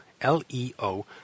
L-E-O